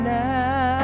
now